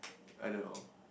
I don't know